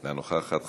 אינה נוכחת.